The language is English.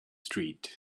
street